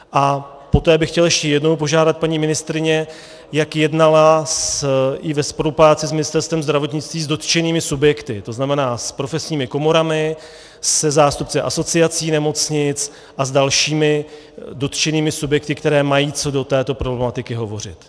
A poté bych chtěl ještě jednou požádat paní ministryni, jak jednala i ve spolupráci s Ministerstvem zdravotnictví s dotčenými subjekty, to znamená s profesními komorami, se zástupci asociací nemocnic a s dalšími dotčenými subjekty, které mají co do této problematiky hovořit.